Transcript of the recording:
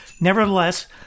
Nevertheless